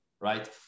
right